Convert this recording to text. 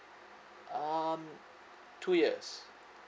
um two years